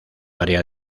área